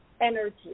energy